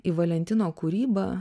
į valentino kūrybą